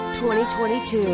2022